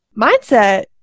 mindset